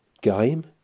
game